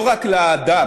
לא רק לאדם,